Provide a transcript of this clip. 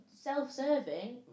self-serving